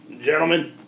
gentlemen